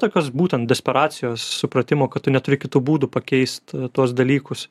tokios būtent desperacijos supratimo kad tu neturi kitų būdų pakeist tuos dalykus